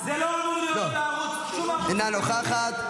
אינה נוכחת,